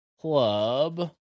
club